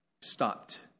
stopped